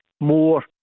more